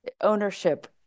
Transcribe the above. Ownership